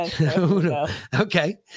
Okay